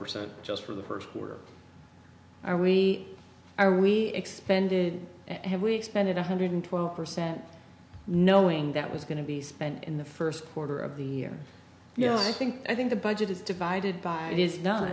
percent just for the first were are we are we expended have we expended one hundred twelve percent knowing that was going to be spent in the first quarter of the year you know i think i think the budget is divided by it is not